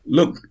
Look